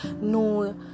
no